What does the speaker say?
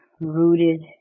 rooted